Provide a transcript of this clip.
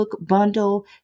bundle